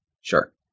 Sure